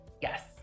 Yes